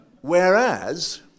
Whereas